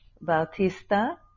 Bautista